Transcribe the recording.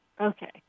Okay